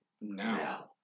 now